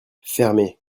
fermez